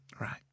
right